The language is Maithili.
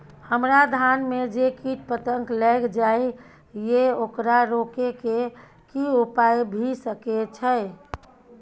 हमरा धान में जे कीट पतंग लैग जाय ये ओकरा रोके के कि उपाय भी सके छै?